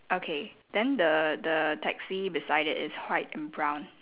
okay then the the taxi beside it is white and brown